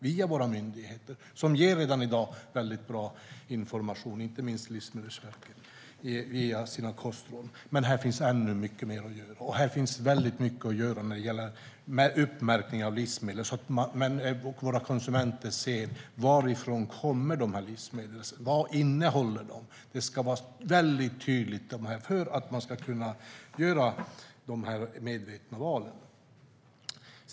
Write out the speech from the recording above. Vi har våra myndigheter som redan i dag ger bra information, inte minst Livsmedelsverket via sina kostråd, men här finns ännu mycket mer att göra. Det finns också mycket att göra när det gäller uppmärkningen av livsmedel så att våra konsumenter ser varifrån livsmedlen kommer och vad de innehåller. Det ska vara väldigt tydligt för att man ska kunna göra de här medvetna valen.